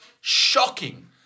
shocking